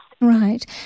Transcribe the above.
Right